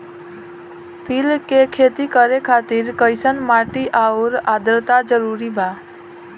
तिल के खेती करे खातिर कइसन माटी आउर आद्रता जरूरी बा?